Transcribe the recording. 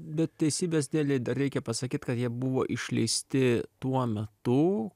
bet teisybės dėlei dar reikia pasakyt kad jie buvo išleisti tuo metu